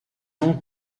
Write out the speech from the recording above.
ont